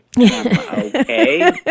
Okay